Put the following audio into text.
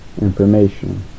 Information